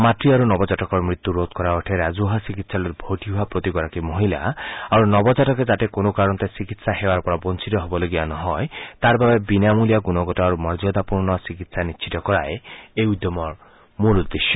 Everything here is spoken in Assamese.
মাতৃ আৰু নৱজাতকৰ মৃত্যু ৰোধ কৰাৰ অৰ্থে ৰাজহুৱা চিকিৎসালয়ত ভৰ্তি হোৱা প্ৰতিগৰাকী মহিলা আৰু নৱজাতকে যাতে কোনো কাৰণতে সেৱাৰ পৰা বঞ্চিত হবলগীয়া নহয় তাৰ বাবে বিনামূলীয়া তথা গুণগত আৰু মৰ্যদাপূৰ্ণ চিকিৎসা নিশ্চিত কৰাই এই উদ্যমৰ মূল উদ্দেশ্য